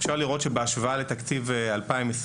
אפשר לראות שבהשוואה לתקציב 2021,